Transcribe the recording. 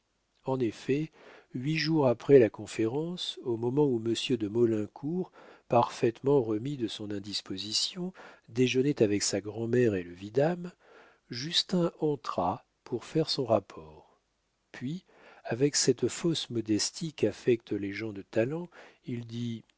en effet huit jours après la conférence au moment où monsieur de maulincour parfaitement remis de son indisposition déjeunait avec sa grand'mère et le vidame justin entra pour faire son rapport puis avec cette fausse modestie qu'affectent les gens de talent il dit